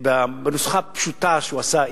והנוסחה הפשוטה שהוא עשה,